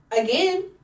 again